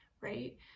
right